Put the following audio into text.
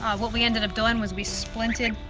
what we ended up doing was we splinted